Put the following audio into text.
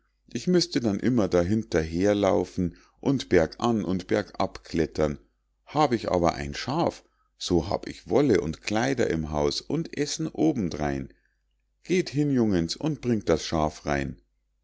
ich müßte dann immer dahinterher laufen und bergan und bergab klettern hab ich aber ein schaf so hab ich wolle und kleider im hause und essen obendrein geht hin jungens und bringt das schaf rein